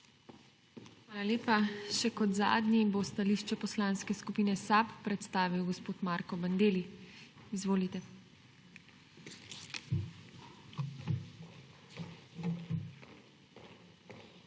Hvala lepa. Še kot zadnji bo stališče Poslanske skupine SAB predstavil gospod Marko Bandelli. Izvolite. MARKO